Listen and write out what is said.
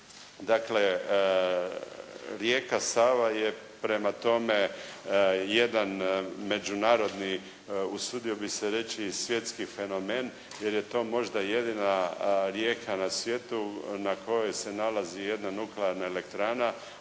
Dakle, rijeka Sava je prema tome jedan međunarodni usudio bih se reći svjetski fenomen, jer je to možda jedina rijeka na svijetu na kojoj se nalazi jedna nuklearna elektrana,